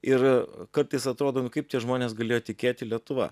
ir kartais atrodo nu kaip tie žmonės galėjo tikėti lietuva